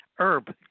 herb